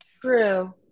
True